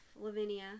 Lavinia